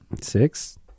Six